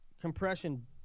compression